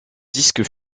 disque